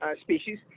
species